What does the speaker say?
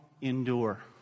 endure